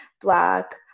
Black